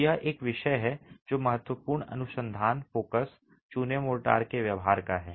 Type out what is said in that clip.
तो यह एक विषय है जो महत्वपूर्ण अनुसंधान फोकस चूने मोर्टार के व्यवहार का है